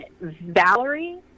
Valerie